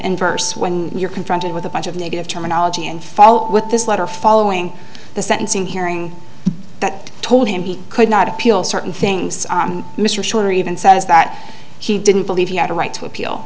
inverse when you're confronted with a bunch of negative terminology and follow up with this letter following the sentencing hearing that told him he could not appeal certain things mr shiner even says that he didn't believe he had a right to appeal